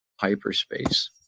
hyperspace